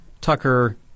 Tucker